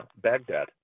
Baghdad